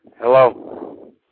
Hello